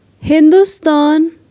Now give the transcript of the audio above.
Hindustan